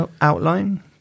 outline